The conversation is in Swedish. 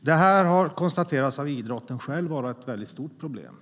Det här har av idrotten själv konstaterats vara ett stort problem.